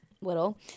little